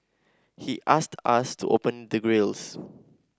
he asked us to open the grilles